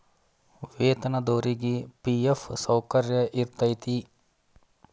ವೇತನದೊರಿಗಿ ಫಿ.ಎಫ್ ಸೌಕರ್ಯ ಇರತೈತಿ